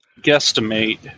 guesstimate